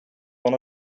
van